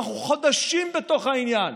אנחנו חודשים בתוך העניין.